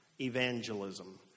evangelism